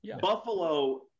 Buffalo